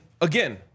again